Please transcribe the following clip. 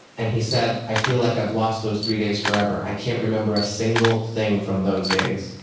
and he said, i feel like i've lost those three days forever. i can't remember a single thing from those days.